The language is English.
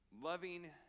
Loving